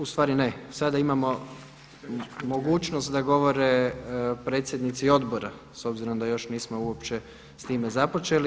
U stvari ne, sada imamo mogućnost da govore predsjednici odbora s obzirom da još nismo uopće s time započeli.